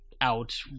out